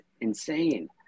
insane